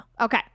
Okay